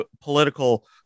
political